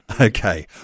Okay